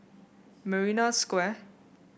Marina Square